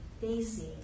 daisy